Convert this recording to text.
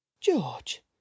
George